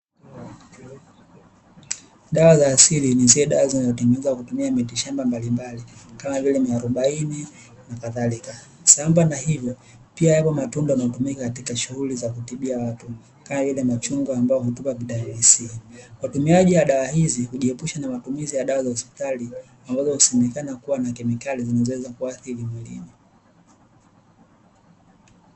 Dawa za asili ni zile dawa zinatengenezwa kwa kutumia miti shamba mbalimbali kama vile mwarobaini na kadhalika sambamba nao hivyo pia yapo matunda yanayotumika katika shughuli za kutibia watu kama machungwa ambayo yanatupa vitamini c watumiaji wa dawa hizi hujiepusha na matumizi ya dawa za hospitali ambazo husemekana kuwa na kemikali zenye kuathiri mwilini.